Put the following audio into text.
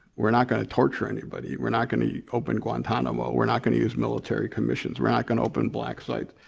we're not gonna torture anybody. we're not gonna open guantanamo. we're not gonna use military commissions. we're not gonna open black site.